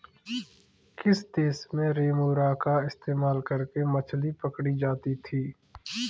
किस देश में रेमोरा का इस्तेमाल करके मछली पकड़ी जाती थी?